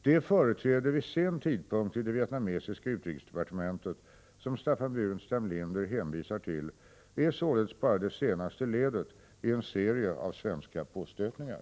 Det företräde vid sen tidpunkt i det vietnamesiska utrikesdepartementet som Staffan Burenstam Linder hänvisar till är således bara det senaste ledet i en serie av svenska påstötningar.